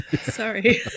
Sorry